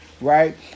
right